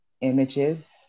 images